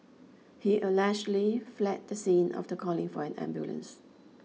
he allegedly fled the scene after calling for an ambulance